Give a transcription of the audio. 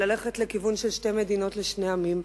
ללכת לכיוון של שתי מדינות לשני עמים,